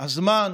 הזמן,